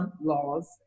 Laws